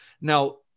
Now